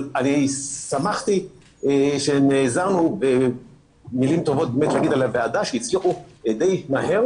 שמחתי שנעזרנו מלים טובות לומר על הוועדה - שהצליחו די מהר